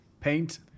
paint